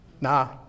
nah